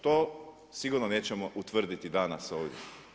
To sigurno nećemo utvrditi danas ovdje.